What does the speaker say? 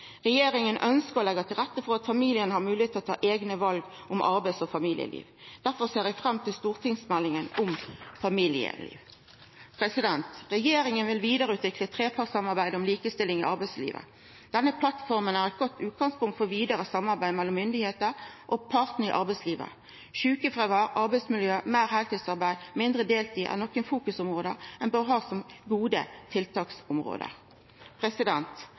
Regjeringa ønskjer å leggja til rette for at familien har moglegheit til å ta eigne val om arbeidsliv og familieliv. Difor ser eg fram til stortingsmeldinga om familieliv. Regjeringa vil vidareutvikla trepartssamarbeidet om likestilling i arbeidslivet. Denne plattforma er eit godt utgangspunkt for vidare samarbeid mellom myndigheitene og partane i arbeidslivet. Sjukefråvær, arbeidsmiljø, meir heiltidsarbeid og mindre deltid er nokre fokusområde som ein bør ha som gode tiltaksområde.